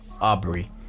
Aubrey